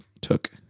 took